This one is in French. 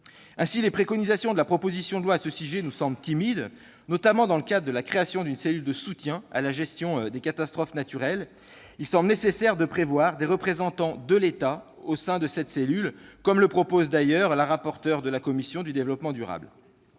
Ainsi, les préconisations de la proposition de loi à ce sujet nous semblent timides. En particulier, dans le cadre de la création d'une cellule de soutien à la gestion des catastrophes naturelles, il semble nécessaire de prévoir la présence de représentants de l'État au sein de cette cellule, comme le propose d'ailleurs la rapporteure de la commission de l'aménagement du